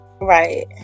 Right